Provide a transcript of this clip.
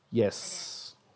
yes